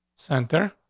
center,